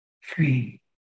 Free